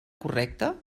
correcta